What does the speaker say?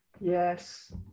Yes